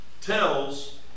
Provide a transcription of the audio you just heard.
tells